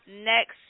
next